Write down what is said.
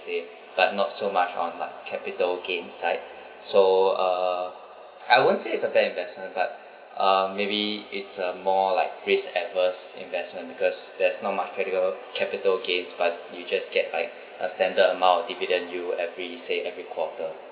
gain but not so much on like capital gain side so uh I won't say it's a bad investment but uh maybe it's uh more like risk adverse investment because there's not much capital capital gains but you just get like a center amount of dividend you every say every quarter